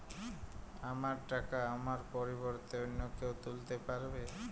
আমার টাকা আমার পরিবর্তে অন্য কেউ তুলতে পারবে?